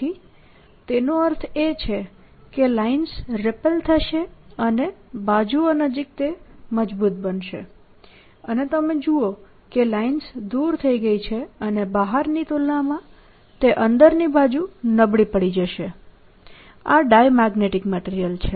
તેથી તેનો અર્થ એ છે કે લાઇન્સ રેપેલ થશે અને બાજુઓ નજીક તે મજબૂત બનશે અને તમે જુઓ કે લાઇન્સ દૂર થઈ ગઈ છે અને બહારની તુલનામાં તે અંદરની બાજુ નબળી પડી જશે આ ડાયામેગ્નેટીક મટીરીયલ છે